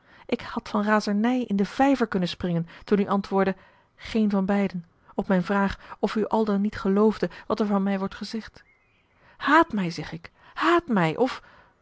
ik had van razernij in den vijver kunnen springen toen u antwoordde geen van beiden op mijn vraag of u al dan niet geloofde wat er van mij wordt gezegd haat mij zeg ik haat mij of